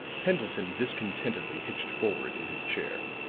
pendleton discontentedly hitched forward in his chair.